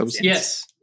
yes